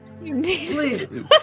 Please